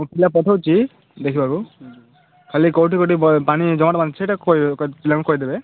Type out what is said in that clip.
ମୁଁ ପିଲା ପଠଉଛି ଦେଖିବାକୁ ଖାଲି କେଉଁଠି ଗୋଟେ ପାଣି ଜମାଟ ବାନ୍ଧୁଛି ସେଇଟାକୁ ପିଲାଙ୍କୁ କହିଦେବେ